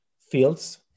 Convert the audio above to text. fields